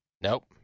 Nope